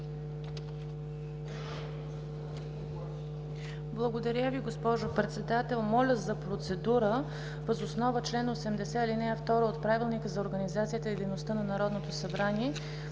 Благодаря Ви, госпожо Председател. Моля за процедура въз основа на чл. 80, ал. 2 от Правилника за организацията и дейността на Народното събрание